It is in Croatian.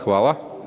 Hvala.